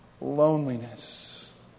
Loneliness